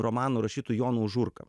romanų rašytų jonu užurka